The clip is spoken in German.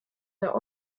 der